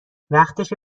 وقتشه